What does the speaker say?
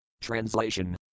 Translation